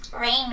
rain